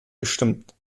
gestimmt